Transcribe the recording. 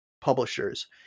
publishers